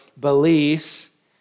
beliefs